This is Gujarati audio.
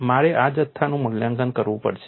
મારે આ જથ્થાનું મૂલ્યાંકન કરવું પડશે